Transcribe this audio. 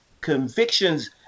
convictions